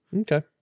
okay